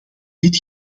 dit